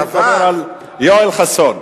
אני מדבר על יואל חסון.